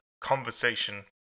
conversation